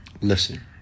Listen